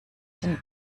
den